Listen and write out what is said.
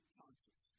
conscious